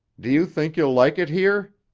do you think you'll like it here?